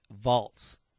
vaults